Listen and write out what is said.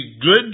good